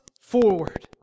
forward